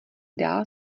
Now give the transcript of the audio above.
dál